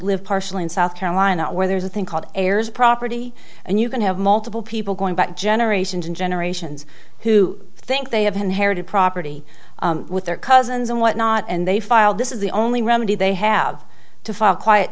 live partially in south carolina where there is a thing called heirs property and you can have multiple people going back generations and generations who think they have one heritage property with their cousins and what not and they file this is the only remedy they have to file quiet